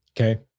Okay